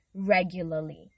regularly